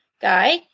guy